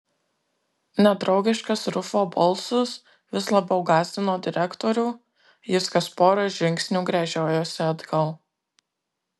nedraugiškas rufo balsas vis labiau gąsdino direktorių jis kas pora žingsnių gręžiojosi atgal